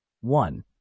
One